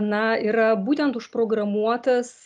na yra būtent užprogramuotas